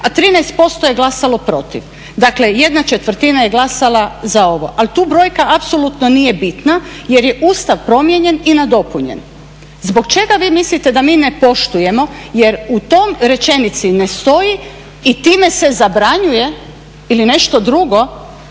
a 13% je glasalo protiv. Dakle, jedna četvrtina je glasala za ovo. Ali tu brojka apsolutno nije bitna jer je Ustav promijenjen i nadopunjen. Zbog čega vi mislite da mi ne poštujemo jer u toj rečenici ne stoji i time se zabranjuje ili nešto drugo